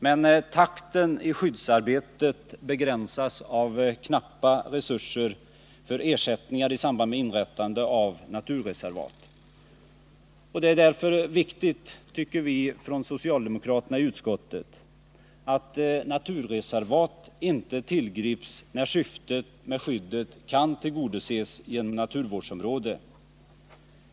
Men takten i skyddsarbetet begränsas av knappa resurser för ersättningar i samband med inrättande av naturre servat. Det är därför viktigt, tycker vi socialdemokrater i utskottet, att naturreservat inte tillgrips när syftet med skyddet kan tillgodoses genom Nr 51 naturvårdsområde.